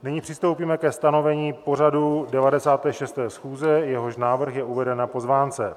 Nyní přistoupíme ke stanovení pořadu 96. schůze, jehož návrh je uveden na pozvánce.